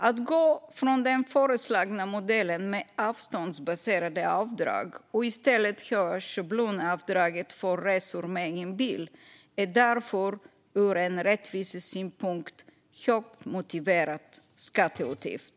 Att gå ifrån den föreslagna modellen med avståndsbaserade avdrag och i stället höja schablonavdraget för resor med egen bil är därför en ur rättvisesynpunkt högst motiverad skatteutgift.